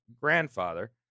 grandfather